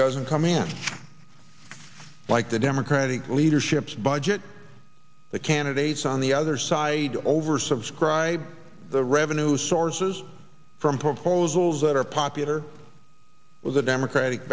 doesn't come in like the democratic leadership's budget the candidates on the other side oversubscribed the revenue sources from proposals that are popular with the democratic